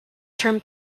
term